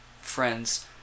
friends